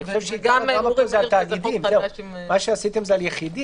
אני חושב שמדברים פה בעיקר על תאגידים.